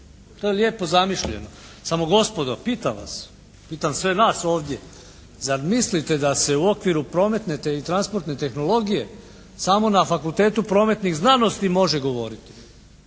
To je lijepo zamišljeno. Samo gospodo, pitam vas, pitam sve nas ovdje zar mislite da se u okviru prometne i transportne tehnologije samo na Fakultetu prometnih znanosti može govoriti?